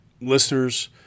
listeners